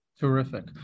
Terrific